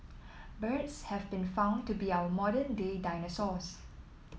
birds have been found to be our modern day dinosaurs